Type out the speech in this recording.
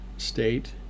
state